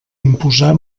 imposar